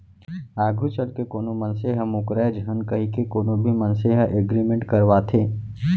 आघू चलके कोनो मनसे ह मूकरय झन कहिके कोनो भी मनसे ह एग्रीमेंट करवाथे